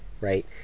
right